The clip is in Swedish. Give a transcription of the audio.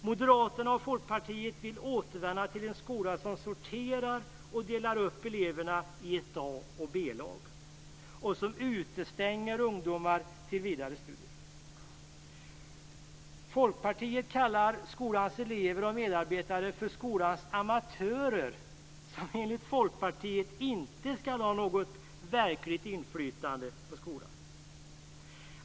Moderaterna och Folkpartiet vill återvända till en skola som sorterar och delar upp eleverna i ett A och ett B-lag och som utestänger ungdomar från vidare studier. Folkpartiet kallar skolans elever och medarbetare för skolans amatörer, som enligt Folkpartiet inte ska ha något verkligt inflytande på skolan.